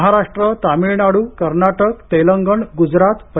महाराष्ट्र तामिळनाडू कर्नाटक तेलंगण गुजरात प